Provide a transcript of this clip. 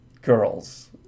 girls